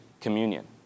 communion